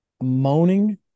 moaning